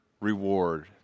reward